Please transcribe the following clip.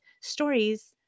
stories